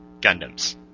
Gundams